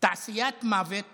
תעשיית מוות